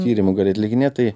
tyrimų gali atlikinėti tai